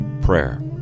prayer